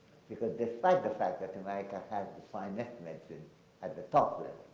because despite the fact that america has the finest medicine, at the top